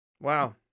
Wow